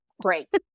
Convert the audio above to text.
great